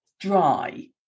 dry